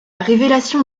révélation